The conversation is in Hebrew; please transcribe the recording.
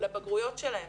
לבגרויות שלהם.